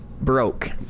broke